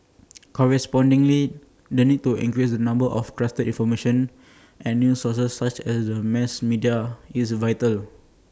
correspondingly the need to increase the number of trusted information and news sources such as the mass media is vital